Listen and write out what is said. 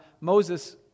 Moses